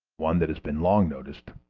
one that has been long noticed,